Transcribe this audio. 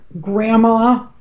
grandma